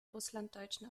russlanddeutschen